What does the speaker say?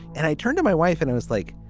and i turned to my wife and i was like,